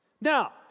Now